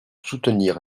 soutenir